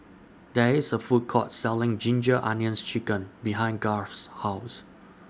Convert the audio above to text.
There IS A Food Court Selling Ginger Onions Chicken behind Garth's House